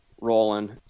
rolling